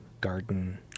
garden